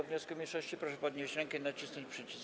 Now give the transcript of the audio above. wniosku mniejszości, proszę podnieść rękę i nacisnąć przycisk.